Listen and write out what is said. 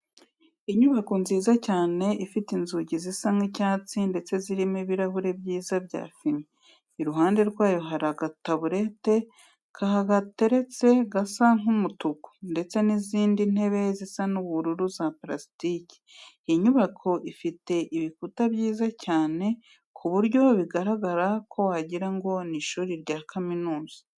Inyubako nziza cyane ifite inzugi zisa nk'icyatsi ndetse zirimo ibirahuri byiza bya fime, iruhande rwaho hari agataburete kahateretse gasa nk'umutuku ndetse n'izindi ntebe zisa nk'ubururu za parasitike. Iyi nyubako ifite ibikuta byiza cyane ku buryo bigaragara ko wagira ngo ni ishuri rya kaminuza.